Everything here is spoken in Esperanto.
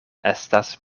estas